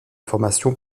formation